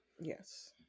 Yes